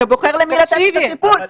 אתה בוחר למי לתת את הטיפול.